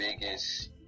biggest